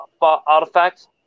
artifact